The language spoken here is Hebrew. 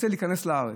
רוצה להיכנס לארץ,